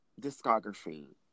discography